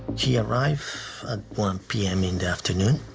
he arrived at one p m. in the afternoon.